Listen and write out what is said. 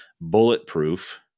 bulletproof